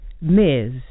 Ms